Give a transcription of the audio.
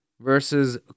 versus